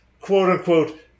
quote-unquote